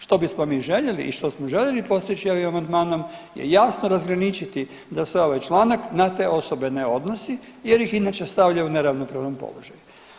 Što bismo mi željeli i što smo željeli postići ovim amandmanom, je jasno razgraničiti da se ovaj članak na te osobe ne odnosi jer ih inače stavlja u neravnopravan položaj.